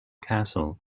castle